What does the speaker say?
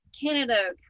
Canada